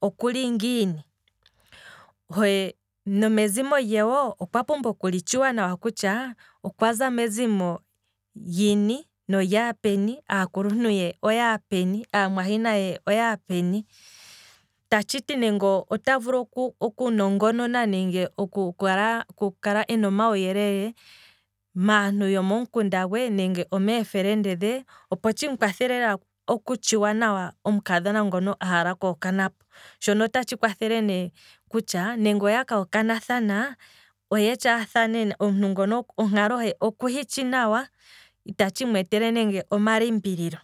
okuli ngiini, nomezimo lyawo okwa pumbwa okuli tshuwa kutya okwaza mezimo lini nolyaa peni, aakuluntu ye oyaa peni, aamwahina ye oyaa peni, ta tshiti ne ota vulu oku nongonona nenge oku kala ena omauyelele maantu yo momukunda gwe nenge omeefelende dhe, opo tshimu kwathele nawa omukadhona ngono a hala okuhokana po, shono otatshi kwathele ne kutya nenge oyaka hokana thana oye tshaathane, omuntu ngono onkalo he okuhi tshi nawa, itatshi mweetele nande omalimbililo.